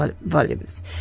volumes